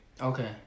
Okay